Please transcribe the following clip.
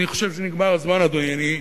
אני חושב שנגמר הזמן, אדוני.